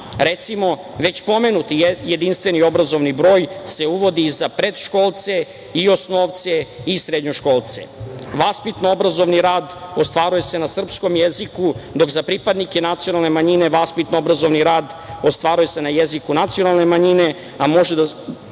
već pomenuti jedinstveni obrazovni broj se uvodi i za predškolce i osnovce i srednjoškolce. Vaspitno-obrazovni rad ostvaruje se na srpskom jeziku, dok za pripadnike nacionalne manjine vaspitno-obrazovni rad ostvaruje se na jeziku nacionalne manjine, a može da